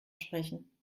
sprechen